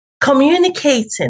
communicating